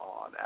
on